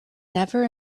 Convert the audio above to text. never